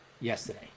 yesterday